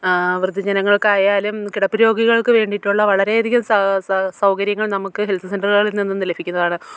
വൃദ്ധ ജനങ്ങൾക്കായാലും കിടപ്പു രോഗികൾക്ക് വേണ്ടിയിട്ടുള്ള വളരെയധികം സൗകര്യങ്ങൾ നമുക്ക് ഹെൽത്ത് സെൻ്ററുകളിൽ നിന്ന് ലഭിക്കുന്നതാണ്